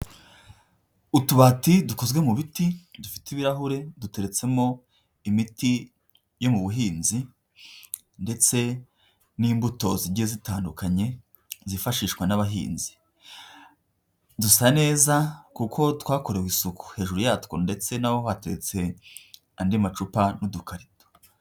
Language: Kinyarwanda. Utubati dukozwe mu biti dufite ibirahure duteretsemo imiti yo mu buhinzi ndetse n'imbuto zigiye zitandukanye zifashishwa n'abahinzi, dusa neza kuko twakorewe isuku hejuru yatwo ndetse na ho hateretse andi macupa n'udukarito.